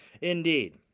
Indeed